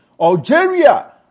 Algeria